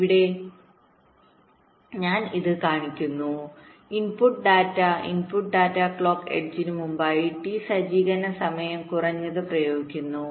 ഇവിടെ ഞാൻ ഇത് കാണിക്കുന്നു input data input data clock എഡ്ജിന് മുമ്പായി ടി സജ്ജീകരണ സമയം കുറഞ്ഞത് പ്രയോഗിക്കുന്നു